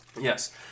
Yes